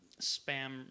spam